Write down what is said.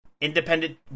Independent